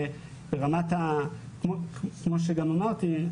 כמו שאמרתי,